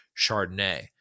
Chardonnay